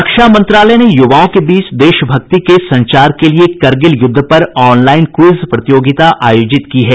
रक्षा मंत्रालय ने युवाओं के बीच देशभक्ति के संचार के लिए करगिल युद्ध पर ऑनलाइन क्विज प्रतियोगिता आयोजित की है